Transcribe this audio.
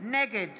נגד